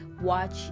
Watch